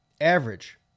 average